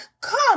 come